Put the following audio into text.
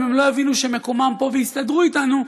ואם הם לא יבינו שמקומם פה ויסתדרו איתנו,